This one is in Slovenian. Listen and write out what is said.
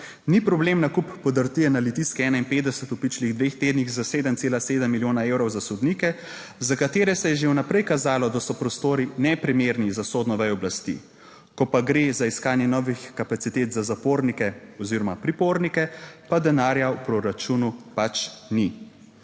Ni problem nakup podrtije na Litijski 51 v pičlih dveh tednih za 7,7 milijona evrov za sodnike, za katere se je že vnaprej kazalo, da so prostori neprimerni za sodno vejo oblasti, ko pa gre za iskanje novih kapacitet za zapornike oziroma pripornike, pa denarja v proračunu pač ni.